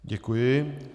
Děkuji.